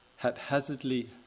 haphazardly